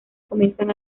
comienzan